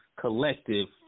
collective